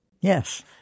Yes